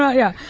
yeah yeah.